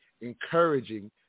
encouraging